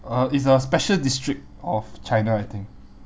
uh it's a special district of china I think